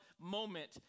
Moment